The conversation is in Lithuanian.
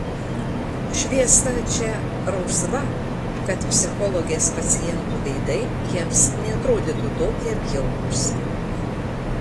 šviesa čia rausva kad psichologės pacientų veidai jiems neatrodytų tokie bjaurūs